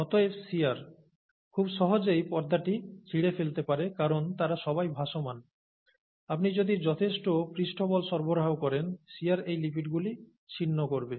অতএব শিয়ার খুব সহজেই পর্দাটি ছিঁড়ে ফেলতে পারে কারণ তারা সবাই ভাসমান আপনি যদি যথেষ্ট পৃষ্ঠ বল সরবরাহ করেন শিয়ার এই লিপিডগুলি ছিন্ন করবে